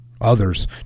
Others